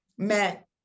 met